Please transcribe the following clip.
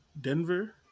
Denver